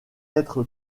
être